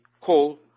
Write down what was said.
coal